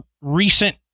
recent